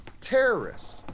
terrorists